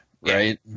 right